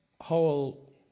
whole